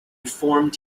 formed